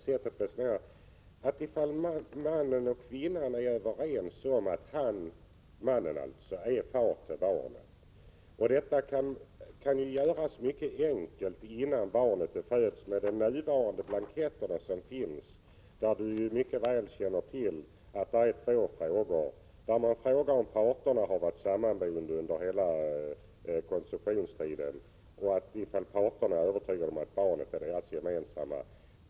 Om mannen och kvinnan är överens om att mannen är far till barnet, kan erkännandet innan barnet föds göras mycket enkelt med de nuvarande blanketterna, där det finns två frågor. Man frågar om parterna varit sammanboende under hela konceptionstiden och om parterna är övertygade om att barnet är deras gemensamma barn.